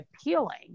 appealing